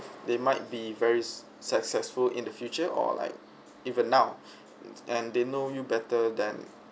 they might be very successful in the future or like even now and they know you better than